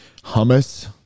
hummus